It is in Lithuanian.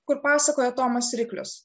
kur pasakoja tomas riklius